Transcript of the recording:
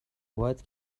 what